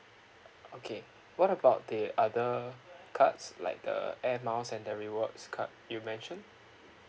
okay what about the other cards like the air miles and the rewards card you mentioned